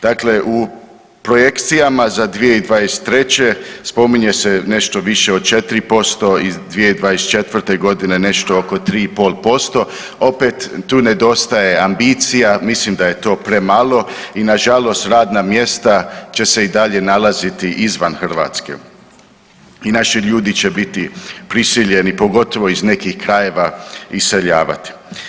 Dakle, u projekcijama za 2023. spominje se nešto više od 4% i 2024.g. nešto oko 3,5% opet tu nedostaje ambicija, mislim da je to premalo i nažalost radna mjesta će se i dalje nalaziti izvan Hrvatske i naši ljudi će biti prisiljeni, pogotovo iz nekih krajeva, iseljavati.